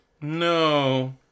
No